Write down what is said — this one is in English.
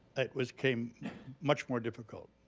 it was became much more difficult.